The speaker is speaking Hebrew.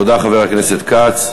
תודה, חבר הכנסת כץ.